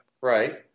right